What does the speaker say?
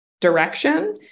direction